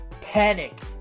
Panic